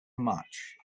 much